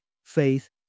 faith